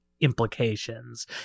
implications